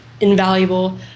invaluable